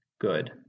good